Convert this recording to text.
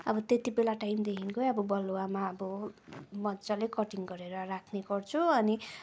अब त्यति बेला टाइमदेखिको अब बालुवामा अब मजाले कटिङ गरेर राख्ने गर्छु अनि